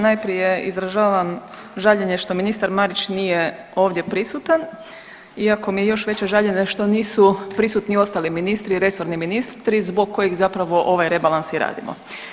Najprije izražavam žaljenje što ministar Marić nije ovdje prisutan, iako mi je još veće žaljenje što nisu prisutni ostali ministri i resorni ministri zbog kojih zapravo ovaj rebalans i radimo.